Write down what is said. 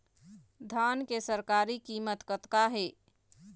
धान के सरकारी कीमत कतका हे?